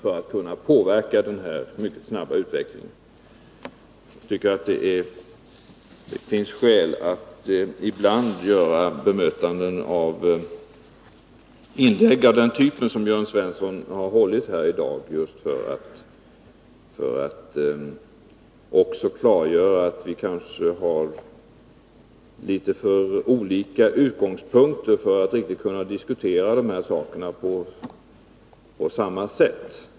Jag tycker att det finns skäl att ibland göra bemötanden av inlägg av den typ, som Jörn Svensson har hållit här i dag, och klargöra att vi har alltför olika utgångspunkter för att riktigt kunna diskutera dessa saker på samma sätt.